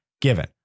Given